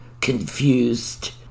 confused